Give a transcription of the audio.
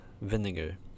Vinegar